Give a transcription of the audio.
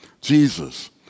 jesus